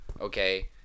Okay